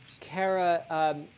Kara